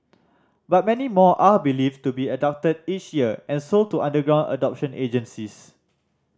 but many more are believed to be abducted each year and sold to underground adoption agencies